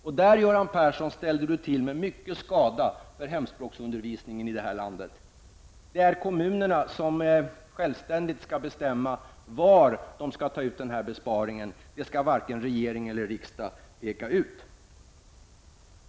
Här ställde Göran Persson till med mycken skada för hemspråksundervisningen i detta land. Det är kommunerna som självständigt skall bestämma var de skall ta ut denna besparing. Det skall varken regering eller riksdag peka ut.